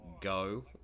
go